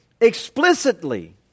explicitly